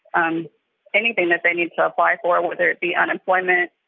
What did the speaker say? um anything that they need to apply for, whether it be unemployment,